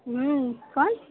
ہوں کون